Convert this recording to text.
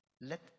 let